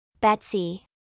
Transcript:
Betsy